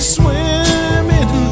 swimming